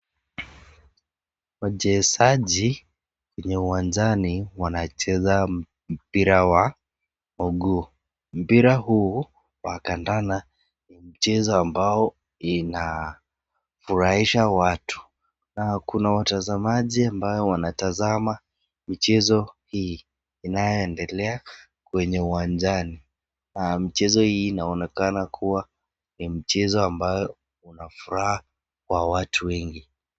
Wachezaji kwenye uwanjani wanacheza mpira wa mguu. Mpira huu wa kandanda ni mchezo ambao inafurahisha watu na kuna watazamaji ambao wanatazama mchezo hii inayoendelea kwenye uwanjani mchezo hii inaonekana kuwa ni mchezo ambayo una furaha kwa watu wengi.